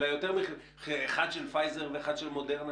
אלא אחד של "פייזר" ואחד של "מודרנה",